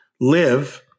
live